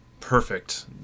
perfect